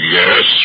yes